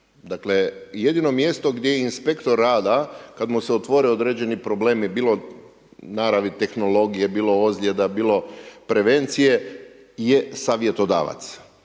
Dakle, jedino mjesto gdje inspektor rada, kada mu se otvore određeni problemi, bilo na naravi tehnologije, bilo ozljeda, bilo prevencije, je savjetodavac.